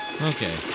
Okay